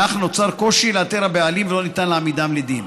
כך נוצר קושי לאתר הבעלים ולא ניתן להעמידו לדין.